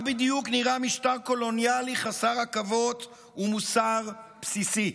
כך בדיוק נראה משטר קולוניאלי חסר עכבות ומוסר בסיסי.